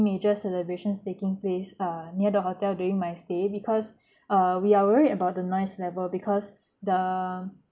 major celebrations taking place uh near the hotel during my stay because uh we are worried about the noise level because the